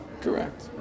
correct